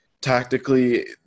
tactically